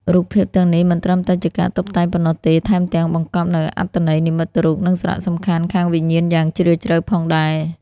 រូបភាពទាំងនេះមិនត្រឹមតែជាការតុបតែងប៉ុណ្ណោះទេ ថែមទាំងបង្កប់នូវអត្ថន័យនិមិត្តរូប និងសារៈសំខាន់ខាងវិញ្ញាណយ៉ាងជ្រាលជ្រៅផងដែរ។